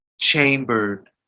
chambered